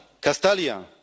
Castalia